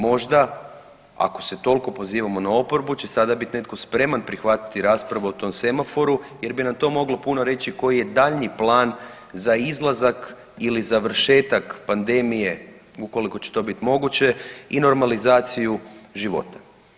Možda, ako se toliko pozivamo na oporbu će sada netko biti spreman prihvatiti raspravu o tom semaforu jer bi nam to moglo puno reći koji je daljnji plan za izlazak ili završetak pandemije ukoliko će to biti moguće i normalizaciju života.